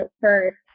first